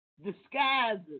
disguises